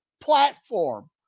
platform